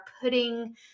putting